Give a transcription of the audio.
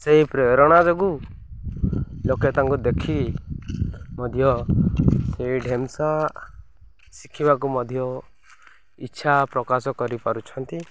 ସେଇ ପ୍ରେରଣା ଯୋଗୁଁ ଲୋକେ ତାଙ୍କୁ ଦେଖି ମଧ୍ୟ ସେଇ ଢେମସା ଶିଖିବାକୁ ମଧ୍ୟ ଇଚ୍ଛା ପ୍ରକାଶ କରିପାରୁଛନ୍ତି